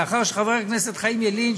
לאחר שחבר הכנסת חיים ילין,